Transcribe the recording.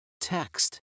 text